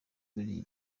muri